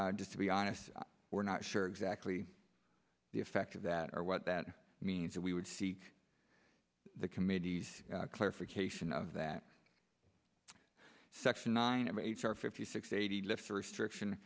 six just to be honest we're not sure exactly the effect of that or what that means that we would see the committee's clarification of that section nine of h r fifty six eighty lifts the restriction